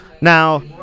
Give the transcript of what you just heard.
now